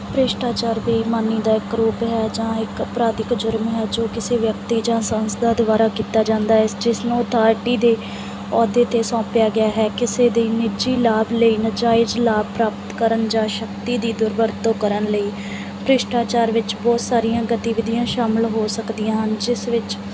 ਭ੍ਰਿਸ਼ਟਾਚਾਰ ਬੇਈਮਾਨੀ ਦਾ ਇੱਕ ਰੂਪ ਹੈ ਜਾਂ ਇੱਕ ਅਪਰਾਧਿਕ ਜ਼ੁਰਮ ਹੈ ਜੋ ਕਿਸੇ ਵਿਅਕਤੀ ਜਾਂ ਸੰਸਥਾ ਦੁਆਰਾ ਕੀਤਾ ਜਾਂਦਾ ਇਸ ਜਿਸਨੂੰ ਅਥਾਰਟੀ ਦੇ ਅਹੁਦੇ 'ਤੇ ਸੌਂਪਿਆ ਗਿਆ ਹੈ ਕਿਸੇ ਦੇ ਨਿੱਜੀ ਲਾਭ ਲਈ ਨਜਾਇਜ਼ ਲਾਭ ਪ੍ਰਾਪਤ ਕਰਨ ਜਾਂ ਸ਼ਕਤੀ ਦੀ ਦੁਰਵਰਤੋਂ ਕਰਨ ਲਈ ਭ੍ਰਿਸ਼ਟਾਚਾਰ ਵਿੱਚ ਬਹੁਤ ਸਾਰੀਆਂ ਗਤੀਵਿਧੀਆਂ ਸ਼ਾਮਿਲ ਹੋ ਸਕਦੀਆਂ ਹਨ ਜਿਸ ਵਿੱਚ